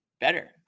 better